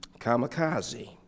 Kamikaze